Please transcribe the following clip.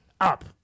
up